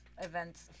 events